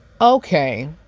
Okay